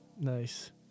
Nice